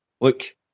look